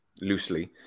loosely